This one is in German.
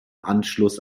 anschluss